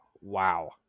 Wow